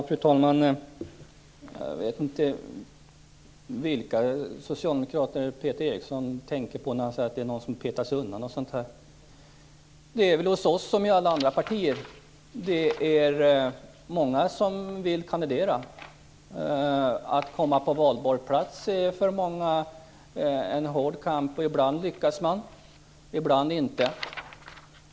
Fru talman! Jag vet inte vilka socialdemokrater Peter Eriksson tänker på när han säger att några petas undan. Det är hos oss som hos alla andra partier att det är många som vill kandidera. Att komma på valbar plats är för många en hård kamp. Ibland lyckas man, ibland inte.